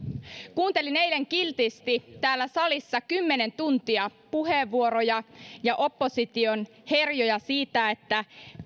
kuuntelin eilen kiltisti täällä salissa kymmenen tuntia puheenvuoroja ja opposition herjoja siitä että